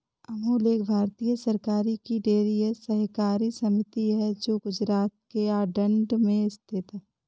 अमूल एक भारतीय सरकार की डेयरी सहकारी समिति है जो गुजरात के आणंद में स्थित है